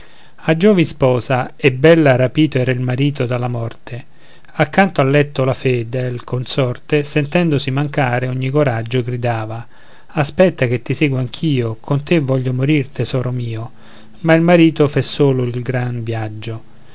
a giovin sposa e bella rapito era il marito dalla morte accanto al letto la fedel consorte sentendosi mancare ogni coraggio gridava aspetta che ti seguo anch'io con te voglio morir tesoro mio ma il marito fe solo il gran vïaggio